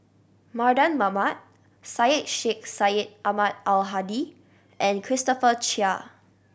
Mardan Mamat Syed Sheikh Syed Ahmad Al Hadi and Christopher Chia